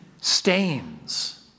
stains